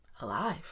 alive